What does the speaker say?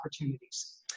opportunities